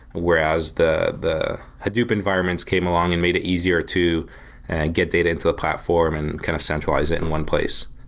whereas the the hadoop environments came along and made it easier to get data into a platform and kind of centralized it in one place.